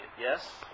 Yes